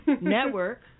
network